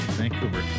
Vancouver